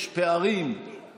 יש נבחרי ציבור ויש עובדי ציבור.